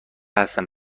هستم